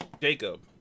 Jacob